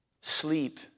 Sleep